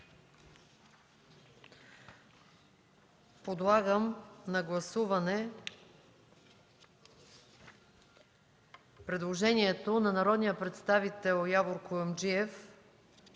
Подлагам на гласуване предложението на народния представител Явор Куюмджиев